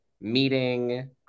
meeting